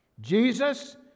jesus